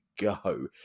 go